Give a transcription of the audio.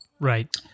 Right